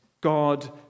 God